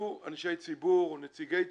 יתווספו אנשי ציבור או נציגי ציבור,